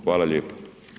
Hvala lijepo.